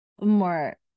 more